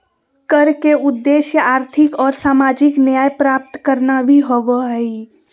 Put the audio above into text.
कर के उद्देश्य आर्थिक और सामाजिक न्याय प्राप्त करना भी होबो हइ